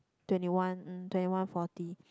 twenty one twenty one forty